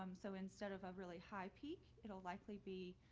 um so instead of a really high peak, it'll likely be